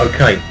Okay